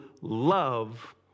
love